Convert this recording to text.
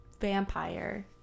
vampire